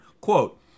Quote